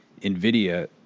NVIDIA